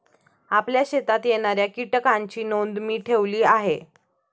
आपल्या शेतात येणाऱ्या कीटकांची नोंद मी ठेवली आहे